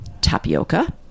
tapioca